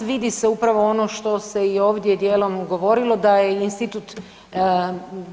212. vidi se upravo ono što se i ovdje djelom govorilo, da je